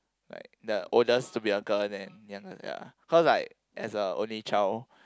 like that or just to be a girl then you know ya how's like has a only child